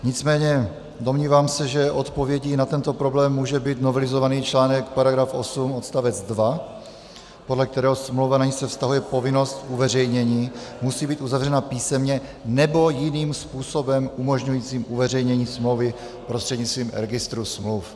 Nicméně se domnívám, že odpovědí na tento problém může být novelizovaný článek § 8 odst. 2, podle kterého smlouva, na niž se vztahuje povinnost uveřejnění, musí být uzavřena písemně nebo jiným způsobem umožňujícím uveřejnění smlouvy prostřednictvím registru smluv.